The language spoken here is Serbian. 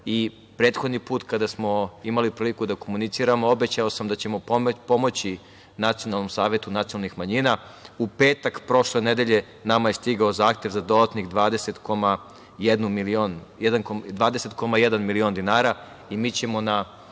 i prethodni put kada smo imali priliku da komuniciramo obećao sam da ćemo pomoći Nacionalnom savetu nacionalnih manjina. U petak prošle nedelje nama je stigao zahtev za dodatnih 20,1 milion dinara i mi ćemo na